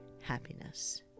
happiness